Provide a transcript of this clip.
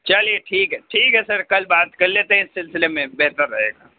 چلیے ٹھیک ہے ٹھیک ہے سر کل بات کر لیتے ہیں اِس سلسلے میں بہتر رہے گا